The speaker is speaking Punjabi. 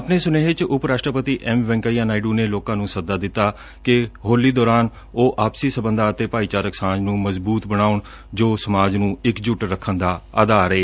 ਆਪਣੇ ਸੁਨੇਹੇ ਚ ਉਪ ਰਾਸ਼ਟਰਪਤੀ ਐਮ ਵੈਂਕਈਆ ਨਾਇਡੂ ਨੇ ਲੋਕਾਂ ਨੂੰ ਸੱਦਾ ਦਿੱਤਾ ਕਿ ਹੋਲੀ ਦੌਰਾਨ ਉਹ ਆਪਸੀ ਸਬੰਧਾਂ ਅਤੇ ਭਾਈਚਾਰਕ ਸਾਂਝ ਨੂੰ ਮਜ਼ਬੂਤ ਬਣਾਉਣ ਜੋ ਸਮਾਜ ਨੂੰ ਇਕਜੁੱਟ ਰੱਖਣ ਦਾ ਆਧਾਰ ਏ